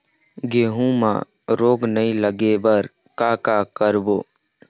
गेहूं म रोग नई लागे बर का का करबो?